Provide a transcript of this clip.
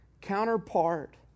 counterpart